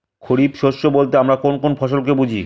খরিফ শস্য বলতে আমরা কোন কোন ফসল কে বুঝি?